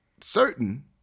certain